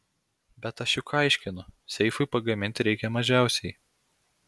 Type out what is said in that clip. bet aš juk aiškinu seifui pagaminti reikia mažiausiai